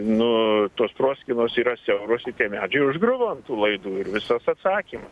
nu tos proskynos yra siauros ir tie medžiai užgriuvo ant tų laidų ir visas atsakymas